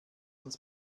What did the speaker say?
uns